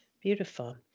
Beautiful